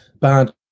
bad